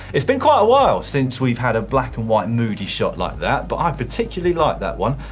it's been quite a while since we've had a black and white moody shot like that, but i particularly like that one.